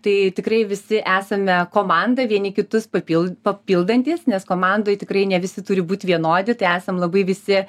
tai tikrai visi esame komanda vieni kitus papil papildantys nes komandoj tikrai ne visi turi būt vienodi tai esam labai visi